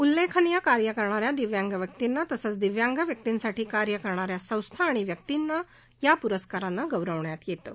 उल्लेखनीय कार्य करणाऱ्या दिव्यांग व्यक्तींना तसंच दिव्यांग व्यक्तींसाठी कार्य करणा या संस्था आणि व्यक्तींना या प्रस्कारनं गौरवण्यात येतं